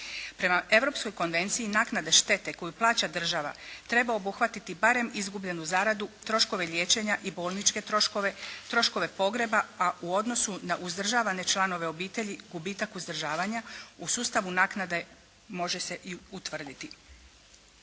Prema europskoj konvenciji naknade štete koju plaća država, treba obuhvatiti barem izgubljenu zaradu, troškove liječenja i bolničke troškove, troškove pogreba a u odnosu na uzdržavane članove obitelji gubitak uzdržavanja u sustavu naknade može se i utvrditi.